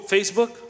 Facebook